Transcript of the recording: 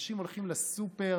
אנשים הולכים לסופר,